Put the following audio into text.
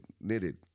knitted